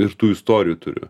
ir tų istorijų turiu